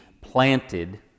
planted